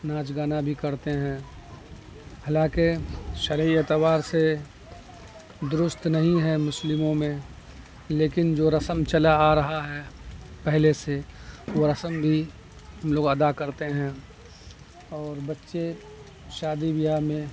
ناچ گانا بھی کرتے ہیں حالانکہ شرعی اعتبار سے درست نہیں ہے مسلموں میں لیکن جو رسم چلا آ رہا ہے پہلے سے وہ رسم بھی ہم لوگ ادا کرتے ہیں اور بچے شادی بیاہ میں